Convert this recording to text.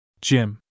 Jim